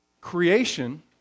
creation